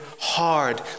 hard